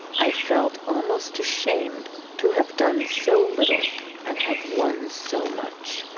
i felt almost ashamed to have done so little and have won so much.